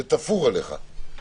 זה תפור עליך.